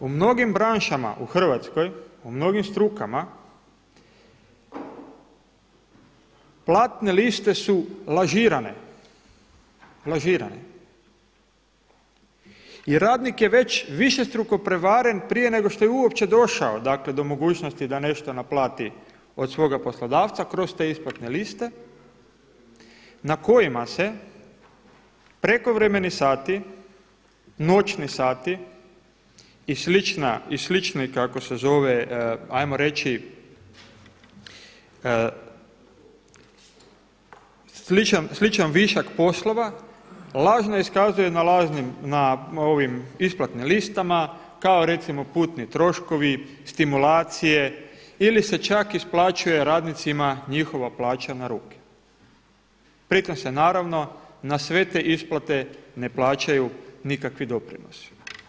U mnogim branšama u Hrvatskoj, u mnogim strukama platne liste su lažirane i radnik je već višestruko prevaren prije nego što je uopće došao do mogućnosti da nešto naplati od svoga poslodavca, kroz te isplate liste, na kojima se prekovremeni sati, noćni sati i slični kako se zove ajmo reći sličan višak poslova, lažno iskazuje na isplatnim listama kao recimo putni troškovi, stimulacije ili se čak isplaćuje radnicima njihova plaća na ruke, pri tome se naravno na sve te isplate ne plaćaju nikakvi doprinosi.